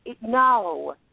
No